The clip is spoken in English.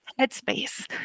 headspace